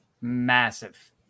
massive